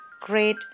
great